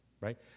right